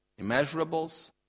immeasurables